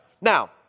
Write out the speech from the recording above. Now